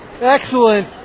Excellent